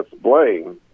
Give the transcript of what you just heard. blame